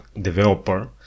developer